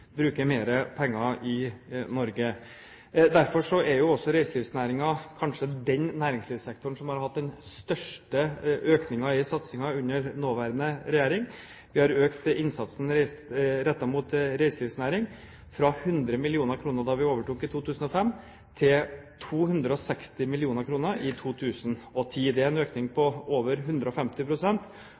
bruke mer penger i Norge. Derfor er også reiselivsnæringen kanskje den næringslivssektoren som har hatt den største økningen i satsingen under nåværende regjering. Vi har økt innsatsen rettet mot reiselivsnæringen fra 100 mill. kr da vi overtok i 2005, til 260 mill. kr i 2010. Det er en økning på over